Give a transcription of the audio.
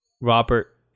Robert